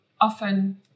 often